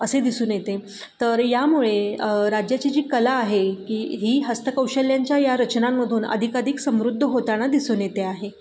असे दिसून येते तर यामुळे राज्याची जी कला आहे की ही हस्तकौशल्यांच्या या रचनांमधून अधिकाधिक समृद्ध होताना दिसून येते आहे